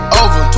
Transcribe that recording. over